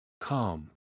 Calm